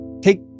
Take